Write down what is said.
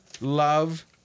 Love